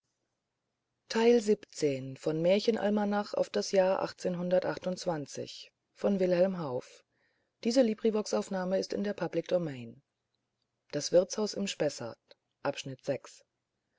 das wirtshaus im spessart